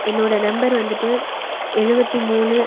என்னோடய நம்பர் வந்துட்டு எழுபத்தி மூணு